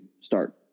start